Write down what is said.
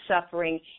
suffering